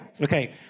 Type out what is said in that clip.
Okay